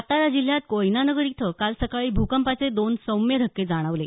सातारा जिल्ह्यात कोयनानगर इथं काल सकाळी भूकंपाचे दोन सौम्य धक्के जाणवले